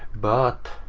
but,